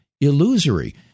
illusory